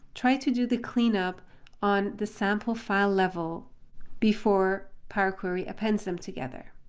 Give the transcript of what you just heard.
try to do the cleanup on the sample file level before power query appends them together.